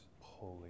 Holy